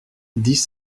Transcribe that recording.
dix